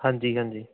ਹਾਂਜੀ ਹਾਂਜੀ